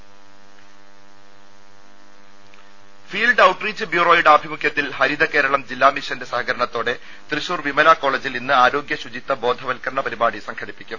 രദേശ field outreach ബ്യൂറോയുടെ ആഭിമുഖ്യത്തിൽ ഹരിത കേരളം ജില്ലാ മിഷന്റെ സഹകരണത്തോടെ തൃശൂർ വിമല കോളേജിൽ ഇന്ന് ആരോഗ്യ ശുചിത്വ ബോധവൽക്കരണ പരിപാടി സംഘടിപ്പിക്കും